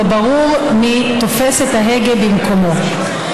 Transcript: לא ברור מי תופס את ההגה במקומו.